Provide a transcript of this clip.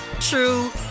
true